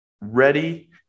ready